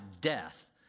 death